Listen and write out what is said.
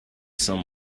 some